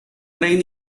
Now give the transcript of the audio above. train